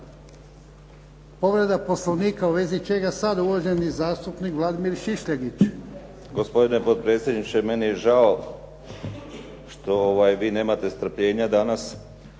Povreda Poslovnika, uvezi čega sada uvaženih zastupnik Vladimir Šišljagić. **Šišljagić, Vladimir (HDSSB)** Gospodine potpredsjedniče meni je žao što vi nemate strpljenja danas